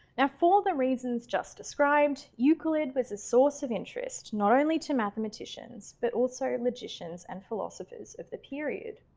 now for the reasons just described, euclid was a source of interest not only to mathematicians but also magicians and philosophers of the period.